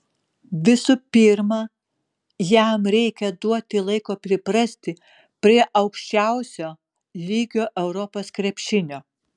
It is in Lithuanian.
visų pirma jam reikia duoti laiko priprasti prie aukščiausio lygio europos krepšinio